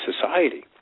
society